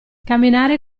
camminare